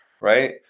right